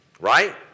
Right